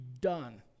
done